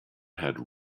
had